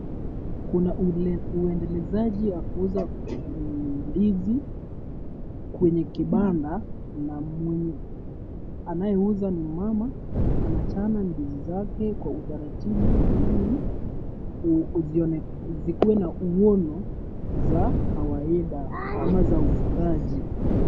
Kuna ule, uendeleshaji kwa kuuza mmh ndizi kwenye kibanda na mwenye anaye uza ni mama. Anachana ndizi zake kwa utaratibu ili kuzio, zikue na uono za kawaida ama za uvutaji.